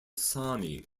sami